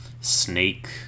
Snake